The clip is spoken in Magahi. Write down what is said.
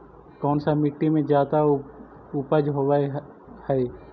कोन सा मिट्टी मे ज्यादा उपज होबहय?